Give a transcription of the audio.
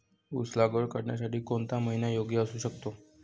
ऊस लागवड करण्यासाठी कोणता महिना योग्य असू शकतो?